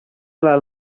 las